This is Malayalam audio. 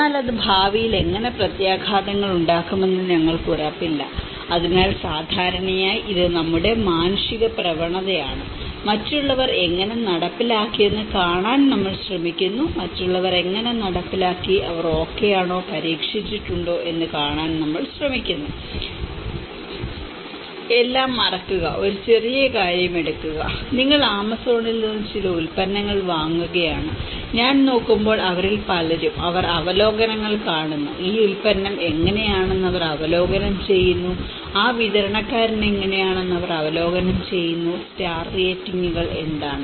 എന്നാൽ അത് ഭാവിയിൽ എങ്ങനെ പ്രത്യാഘാതങ്ങൾ ഉണ്ടാക്കുമെന്ന് ഞങ്ങൾക്ക് ഉറപ്പില്ല അതിനാൽ സാധാരണയായി ഇത് നമ്മുടെ മാനുഷിക പ്രവണതയാണ് മറ്റുള്ളവർ എങ്ങനെ നടപ്പാക്കിയെന്ന് കാണാൻ നമ്മൾ ശ്രമിക്കുന്നു മറ്റുള്ളവർ എങ്ങനെ നടപ്പാക്കി അവർ ഓക്കേ ആണോ പരീക്ഷിച്ചിട്ടുണ്ടോ എന്ന് കാണാൻ നമ്മൾ ശ്രമിക്കുന്നു എല്ലാം മറക്കുക ചെറിയ കാര്യം എടുക്കുക നിങ്ങൾ ആമസോണിൽ നിന്ന് ചില ഉൽപ്പന്നങ്ങൾ വാങ്ങുകയാണ് ഞാൻ നോക്കുമ്പോൾ അവരിൽ പലരും അവർ അവലോകനങ്ങൾ കാണുന്നു ഈ ഉൽപ്പന്നം എങ്ങനെയാണെന്ന് അവർ അവലോകനം ചെയ്യുന്നു ആ വിതരണക്കാരൻ എങ്ങനെയാണെന്ന് അവർ അവലോകനം ചെയ്യുന്നു സ്റ്റാർ റേറ്റിംഗുകൾ എന്താണ്